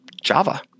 Java